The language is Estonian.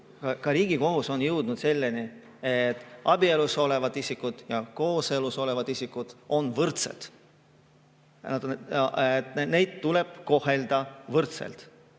ka Riigikohus on jõudnud selleni, et abielus olevad isikud ja kooselus olevad isikud on võrdsed. Neid tuleb kohelda võrdselt.